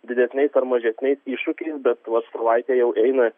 didesniais ar mažesniais iššūkiais bet va savaitė jau eina